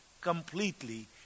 completely